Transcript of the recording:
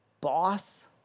boss